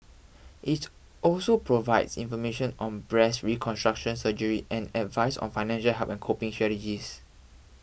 it's also provides information on breast reconstruction surgery and advice on financial help and coping strategies